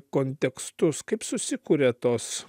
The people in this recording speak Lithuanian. kontekstus kaip susikuria tos